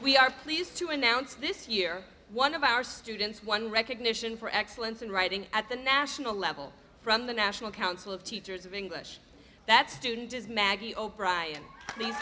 we are pleased to announce this year one of our students won recognition for excellence in writing at the national level from the national council of teachers of english that student is maggie o'brien these